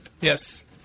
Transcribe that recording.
Yes